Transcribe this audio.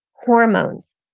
hormones